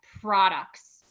products